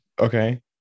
Okay